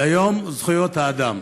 ביום זכויות האדם.